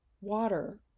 water